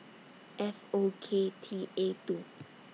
F O K T A two